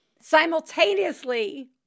Simultaneously